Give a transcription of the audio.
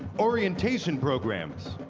orientation programs,